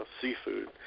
seafood